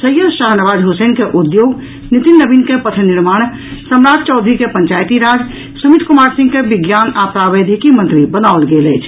सैयद शाहनवाज हुसैन के उद्योग नितिन नवीन के पथ निर्माण सम्राट चौधरी के पंचायती राज सुमित कुमार सिंह के विज्ञान आ प्रावैधिकी मंत्री बनाओल गेल अछि